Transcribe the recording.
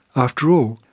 after all,